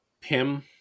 Pim